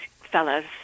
fellas